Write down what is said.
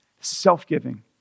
self-giving